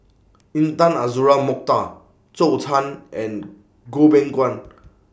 Intan Azura Mokhtar Zhou Can and Goh Beng Kwan